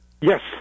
Yes